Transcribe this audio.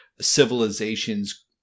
civilization's